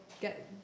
get